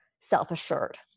self-assured